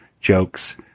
jokes